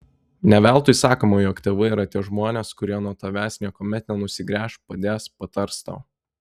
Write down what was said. ne veltui sakoma jog tėvai yra tie žmonės kurie nuo tavęs niekuomet nenusigręš padės patars tau